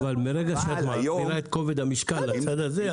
אבל מרגע שאת מעבירה את כובד המשקל לצד הזה,